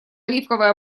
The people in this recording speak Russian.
оливковое